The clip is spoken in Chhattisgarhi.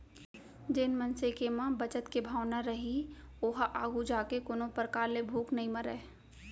जेन मनसे के म बचत के भावना रइही ओहा आघू जाके कोनो परकार ले भूख नइ मरय